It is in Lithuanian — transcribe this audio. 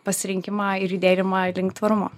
pasirinkimą ir judėjimą link tvarumo